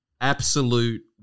absolute